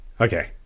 Okay